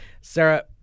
Sarah